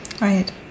Right